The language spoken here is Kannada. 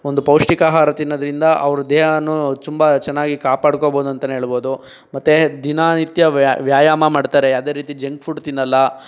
ಒಂದು ಪೌಷ್ಟಿಕ ಆಹಾರ ತಿನ್ನೋದ್ರಿಂದ ಅವರ ದೇಹವೂ ತುಂಬ ಚೆನ್ನಾಗಿ ಕಾಪಾಡ್ಕೋಬಹುದು ಅಂತಲೇ ಹೇಳ್ಬೋದು ಮತ್ತೆ ದಿನ ನಿತ್ಯ ವ್ಯಾಯಾಮ ಮಾಡ್ತಾರೆ ಅದೇ ರೀತಿ ಜಂಕ್ ಫುಡ್ ತಿನ್ನಲ್ಲ